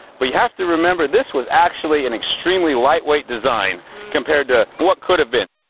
but you have to remember, this was actually an extremely lightweight design compared to what could have been.